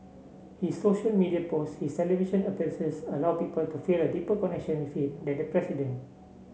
his social media posts his television appearances allow people to feel a deeper connection with him than the president